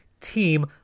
team